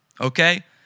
okay